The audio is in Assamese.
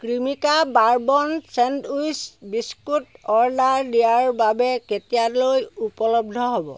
Cremica bourbon sandwich biscuit order দিয়াৰ বাবে কেতিয়ালৈ উপলব্ধ হ'ব